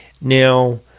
Now